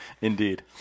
indeed